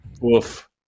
woof